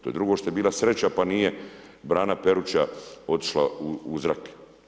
To je drugo šta je bila sreća, pa nije, brana Peruća otišla u zrak.